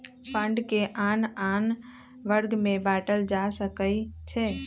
fund के आन आन वर्ग में बाटल जा सकइ छै